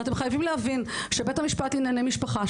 אתם חייבים להבין שבית המשפט לענייני משפחה,